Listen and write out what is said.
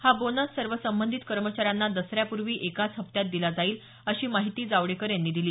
हा बोनस सर्व संबंधित कर्मचाऱ्यांना दसऱ्यापूर्वी एकाच हप्त्यात दिला जाईल अशी माहिती जावडेकर यांनी दिली